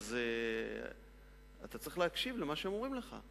אז אתה צריך להקשיב למה שהם אומרים לך.